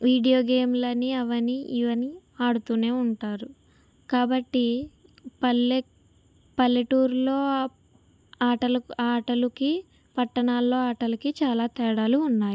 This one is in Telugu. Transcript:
వీడియో గేమ్లని అవని ఇవని ఆడుతూనే ఉంటారు కాబట్టి పల్లె పల్లెటూరిలో ఆటలు ఆటలకి పట్టణాల్లో ఆటలకి చాలా తేడాలు ఉన్నాయి